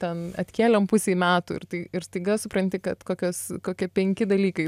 ten atkėlėm pusei metų ir tai ir staiga supranti kad kokios kokie penki dalykai